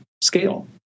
scale